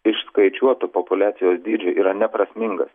išskaičiuotu populiacijos dydžiu yra neprasmingas